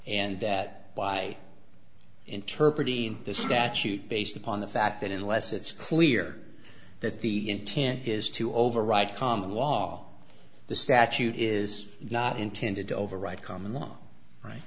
and that by interpreted in this statute based upon the fact that unless it's clear that the intent is to override common law the statute is not intended to override common long right